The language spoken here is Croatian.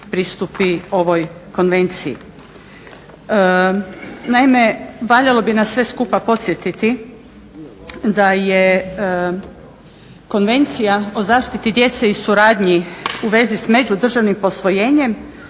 pristupi ovoj Konvenciji. Naime, valjalo bi nas sve skupa podsjetiti da je Konvencija o zaštiti djece i suradnji u vezi s međudržavnim posvojenjem